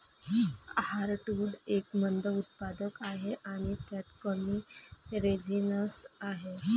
heartwood एक मंद उत्पादक आहे आणि त्यात कमी रेझिनस आहे